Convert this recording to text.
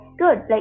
good